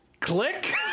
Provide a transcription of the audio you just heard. click